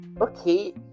okay